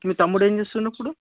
మీ తమ్ముడు ఏం చేస్తున్నాడు ఇప్పుడు